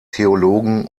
theologen